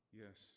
yes